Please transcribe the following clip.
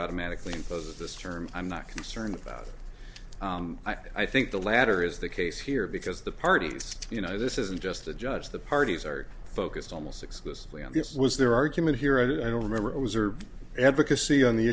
automatically imposes this term i'm not concerned about it i think the latter is the case here because the parties you know this isn't just a judge the parties are focused almost exclusively on this was their argument here i don't remember it was or advocacy on the